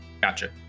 Gotcha